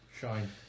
Shine